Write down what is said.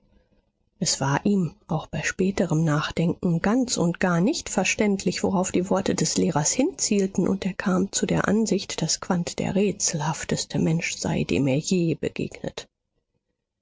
es war ihm auch bei späterem nachdenken ganz und gar nicht verständlich worauf die worte des lehrers hinzielten und er kam zu der ansicht daß quandt der rätselhafteste mensch sei dem er je begegnet